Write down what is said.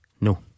No